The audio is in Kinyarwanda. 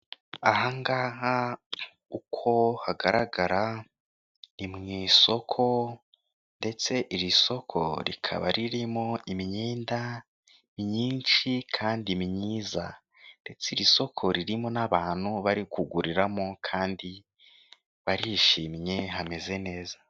Ahangaha uko hagaragara mu isoko ndetse iri soko rikaba ririmo imyenda myinshi kandi myiza iri soko ririmo n'abantu bari kuguriramo kandi barishimye hameze neza.